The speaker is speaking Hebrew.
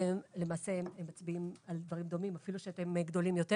למעשה הם מצביעים על דברים דומים אפילו שאתם גדולים יותר